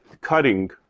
cutting